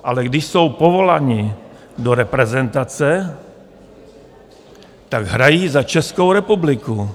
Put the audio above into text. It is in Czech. Ale když jsou povoláni do reprezentace, tak hrají za Českou republiku.